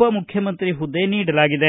ಉಪ ಮುಖ್ಖಮಂತ್ರಿ ಹುದ್ದೆ ನೀಡಲಾಗಿದೆ